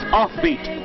offbeat